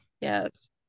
Yes